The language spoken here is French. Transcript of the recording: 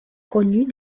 connus